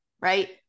right